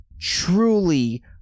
truly